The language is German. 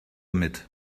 mit